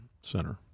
Center